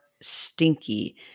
stinky